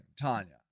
Tanya